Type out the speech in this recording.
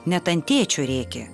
net ant tėčio rėkė